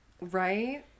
right